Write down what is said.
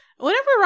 Whenever